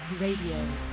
Radio